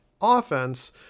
offense